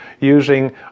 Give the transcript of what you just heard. using